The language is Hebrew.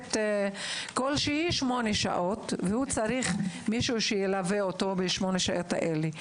במסגרת כלשהי במשך שמונה שעות והוא צריך מלווה בשמונה שעות האלה.